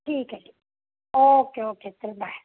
ठीक आहे ठीक ओके ओके चल बाय